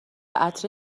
عطر